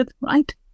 right